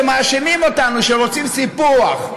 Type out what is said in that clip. וכל אלה שמאשימים אותנו, שרוצים סיפוח,